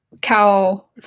cow